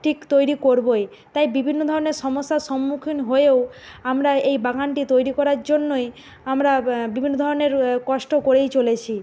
ঠিক তৈরি করবোই তাই বিবিন্ন ধরনের সমস্যার সম্মুখীন হয়েও আমরা এই বাগানটি তৈরি করার জন্যই আমরা বিভিন্ন ধরনের কষ্ট করেই চলেছি